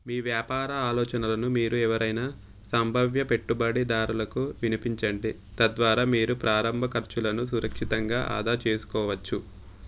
మీ వ్యాపార ఆలోచనలను మీరు ఎవరైనా సంభావ్య పెట్టుబడిదారులకు వినిపించండి తద్వారా మీరు ప్రారంభ ఖర్చులను సురక్షితంగా ఆదాచేసుకోవచ్చు